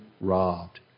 robbed